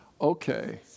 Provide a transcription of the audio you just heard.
Okay